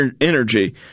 energy